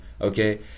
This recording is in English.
okay